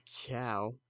cow